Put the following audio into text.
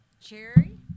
cherry